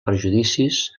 prejudicis